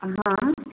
हँ